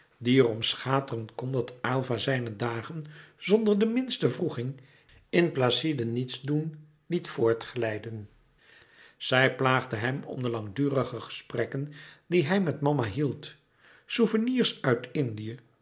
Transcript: die er om schateren kon dat aylva zijne dagen zonder de minste wroeging in placide niets doen liet voortglijden zij plaagde hem om de langdurige gesprekken die hij met mama hield souvenirs uit indië